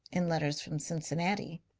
in letters from cincinnati.